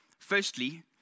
Firstly